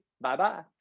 Bye-bye